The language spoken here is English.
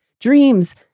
dreams